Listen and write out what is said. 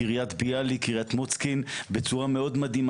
קריית ביאליק וקריית מוצקין בצורה מאוד מדהימה.